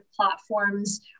platforms